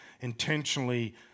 intentionally